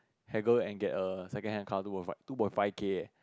haggle and get a second car two point five two point five K eh